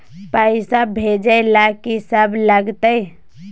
पैसा भेजै ल की सब लगतै?